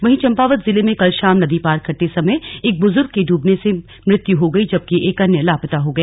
वहीं चंपावत जिले में कल शाम नदी पार करते समय एक बुजुर्ग की ड्बने से मृत्यु हो गयी जबकि एक अन्य लापता हो गया